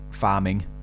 farming